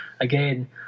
again